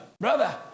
Brother